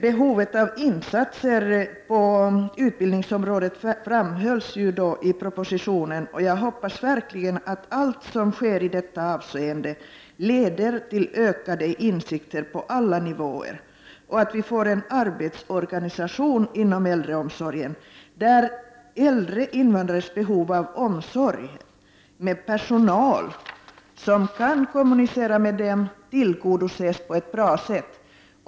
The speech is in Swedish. Behovet av insatser på utbildningsområdet framhölls i propositionen. Jag hoppas verkligen att allt som sker i detta avseende leder till ökade insikter på alla nivåer och att vi får en arbetsorganisation inom äldreomsorgen där äldre invandrares behov av omsorg med personal som kan kommunicera med dem tillgodoses på ett bra sätt.